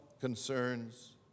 concerns